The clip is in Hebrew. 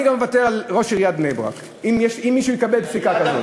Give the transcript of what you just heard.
אני גם מוותר על ראשות עיריית בני-ברק אם מישהו יקבל פסיקה כזאת.